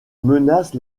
menacent